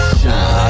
shine